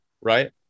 right